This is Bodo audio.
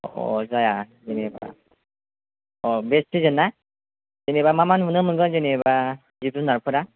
अ' जाया जेन'बा अ' बेस्त सिजोन ना जेन'बा मा मा नुनो मोनगोन जेन'बा जिब जुनारफोरा